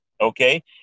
okay